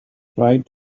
trying